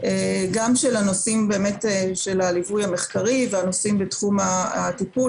גם של הנושאים של הליווי המחקרי והנושאים בתחום הטיפול